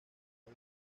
del